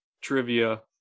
trivia